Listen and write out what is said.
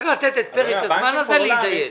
צריך לתת את הזמן הזה להתדיין.